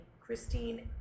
Christine